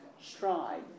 stride